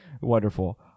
wonderful